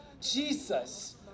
Jesus